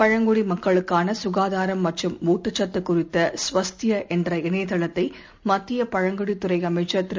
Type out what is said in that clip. பழங்குடிமக்களுக்கானசுகாதாரம் மற்றும் ஊட்டச்சத்துகுறித்த ஸ்வஸ்த்யாஎன்ற இணையதளத்தைமத்தியபழங்குடித் துறைஅமைச்சர் திரு